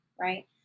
right